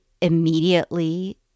immediately